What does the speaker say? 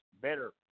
better